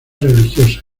religiosa